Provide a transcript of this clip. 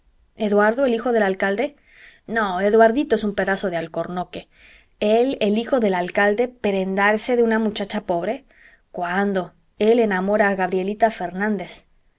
eduardo el hijo del alcalde no eduardito es un pedazo de alcornoque el el hijo del alcalde prendarse de una muchacha pobre cuándo el enamora a gabrielita fernández